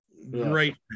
Great